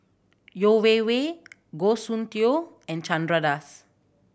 Yeo Wei Wei Goh Soon Tioe and Chandra Das